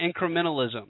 incrementalism